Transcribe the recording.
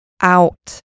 out